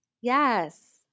Yes